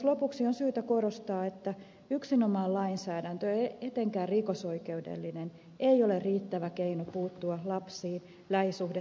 lopuksi on syytä korostaa että yksinomaan lainsäädäntö etenekään rikosoikeudellinen ei ole riittävä keino puuttua lapsi lähisuhde tai työpaikkaväkivaltaan